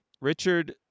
Richard